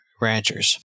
ranchers